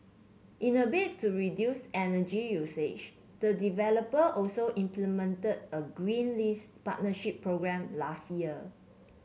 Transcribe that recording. in a bid to reduce energy usage the developer also implemented a green lease partnership programme last year